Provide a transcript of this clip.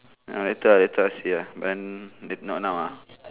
ya later later see lah but then may not now lah